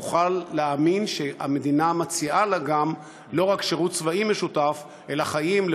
תוכל להאמין שהמדינה מציעה לה לא רק שירות צבאי משותף אלא חיים,